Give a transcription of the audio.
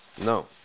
No